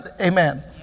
Amen